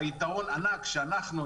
יתרון ענק שאנחנו,